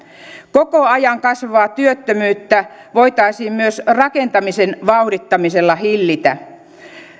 koko ajan kasvavaa työttömyyttä voitaisiin myös rakentamisen vauhdittamisella hillitä